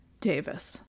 Davis